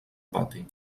pati